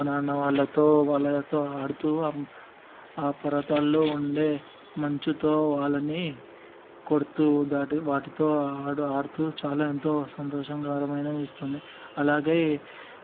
మా నాన్న వాళ్లతో వాళ్లతో ఆడుతూ ఆ పర్వతాల్లో ఉండే మంచుతో వాళ్ళని కొడుతూ దాటి వాటితో ఆడుతూ చాలా ఎంతో సంతోషంగా కరమైన ఇస్తుంది అలాగే